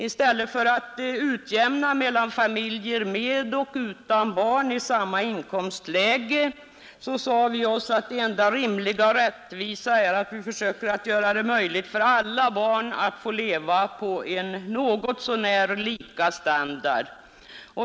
I stället för att söka åstadkomma en utjämning mellan familjer med och utan barn i samma inkomstläge sade vi oss att det enda rimliga och rättvisa är att om möjligt låta alla barn få leva på en något så när lika standard.